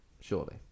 surely